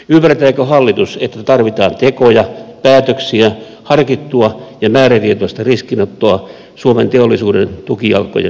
ymmärtääkö hallitus että tarvitaan tekoja päätöksiä harkittua ja määrätietoista riskinottoa suomen teollisuuden tukijalkojen vahvistamiseksi